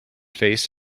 face